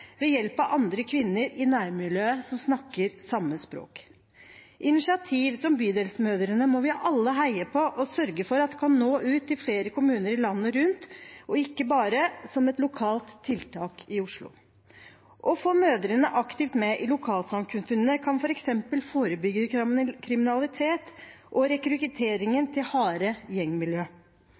ved hjelp av andre kvinner i nærmiljøet som snakker samme språk. Initiativ som Bydelsmødre må vi alle heie på og sørge for at kan nå ut til flere kommuner landet rundt, og ikke bare være et lokalt tiltak i Oslo. Å få mødrene aktivt med i lokalsamfunnet kan f.eks. forebygge kriminalitet og rekruttering til harde gjengmiljø.